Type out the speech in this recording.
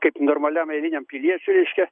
kaip normaliam eiliniam piliečiui reiškia